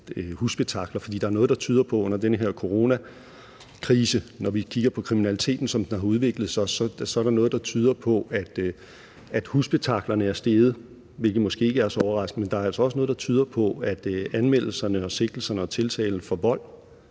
til, altså problemet om husspektakler. For når vi kigger på kriminaliteten, som den har udviklet sig under den her coronakrise, er der noget, der tyder på, at husspektaklerne er steget, hvilket måske ikke er så overraskende, men der er altså også noget, der tyder på, at anmeldelserne og sigtelserne og tiltalerne for vold